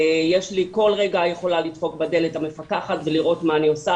כל רגע יכולה לדפוק לי בדלת המפקחת ולראות מה אני עושה,